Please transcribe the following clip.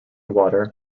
water